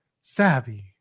Savvy